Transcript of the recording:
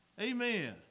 Amen